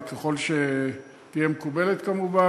ככל שתהיה מקובלת כמובן.